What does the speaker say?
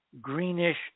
greenish